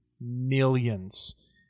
millions